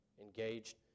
Engaged